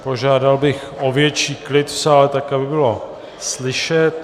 Požádal bych o větší klid v sále tak, aby bylo slyšet.